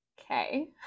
okay